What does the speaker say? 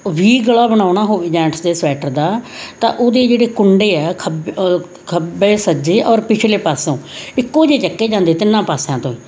ਉਹ ਵੀ ਗਲਾ ਬਣਾਉਣਾ ਹੋਵੇ ਜੈਂਟਸ ਦੇ ਸਵੈਟਰ ਦਾ ਤਾਂ ਉਹਦੇ ਜਿਹੜੇ ਕੁੰਡੇ ਆ ਖੱਬੇ ਖੱਬੇ ਸੱਜੇ ਔਰ ਪਿਛਲੇ ਪਾਸੋਂ ਇੱਕੋ ਜਿਹੇ ਚੱਕੇ ਜਾਂਦੇ ਤਿੰਨਾਂ ਪਾਸਿਆਂ ਤੋਂ ਹੀ